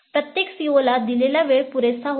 प्रत्येक COला दिलेला वेळ पुरेसा होता